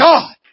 God